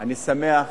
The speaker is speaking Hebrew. אני שמח